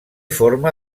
forma